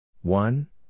One